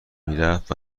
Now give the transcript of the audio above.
میرفت